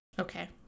Okay